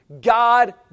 God